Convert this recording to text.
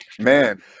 Man